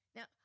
Now